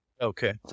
Okay